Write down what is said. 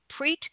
Preet